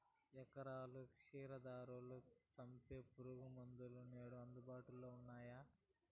ఎలుకలు, క్షీరదాలను సంపె పురుగుమందులు నేడు అందుబాటులో ఉన్నయ్యి